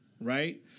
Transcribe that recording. Right